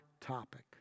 topic